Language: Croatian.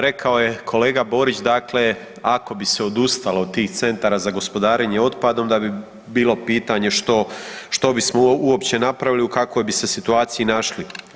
Rekao je kolega Borić, dakle ako bi se odustalo od tih Centara za gospodarenje otpadom da bi bilo pitanje što, što bismo uopće napravili, u kakvoj bi se situaciji našli.